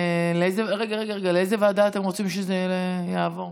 לאיזה ועדה אתם רוצים שזה יעבור?